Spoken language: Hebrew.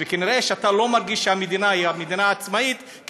וכנראה אתה לא מרגיש שהמדינה היא מדינה עצמאית,